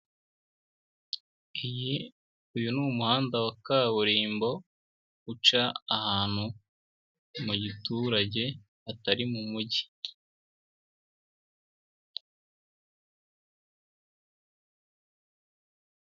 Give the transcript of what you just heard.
Uyu ni umuhanda wa kaburimbo, uca ahantu mu giturage, hatari mu mujyi.